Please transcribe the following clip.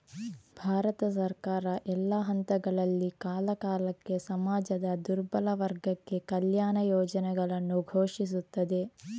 ಭಾರತ ಸರ್ಕಾರ, ಎಲ್ಲಾ ಹಂತಗಳಲ್ಲಿ, ಕಾಲಕಾಲಕ್ಕೆ ಸಮಾಜದ ದುರ್ಬಲ ವರ್ಗಕ್ಕೆ ಕಲ್ಯಾಣ ಯೋಜನೆಗಳನ್ನು ಘೋಷಿಸುತ್ತದೆ